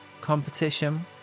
competition